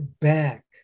back